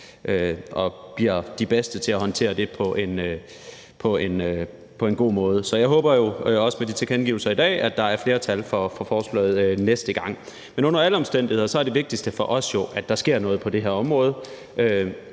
og bliver de bedste til at håndtere det på en god måde. Så jeg håber jo, også ud fra tilkendegivelserne i dag, at der er flertal for forslaget næste gang. Men under alle omstændigheder er det vigtigste for os jo, at der sker noget på det her område,